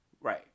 Right